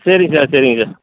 சரிங்க சார் சரிங்க சார்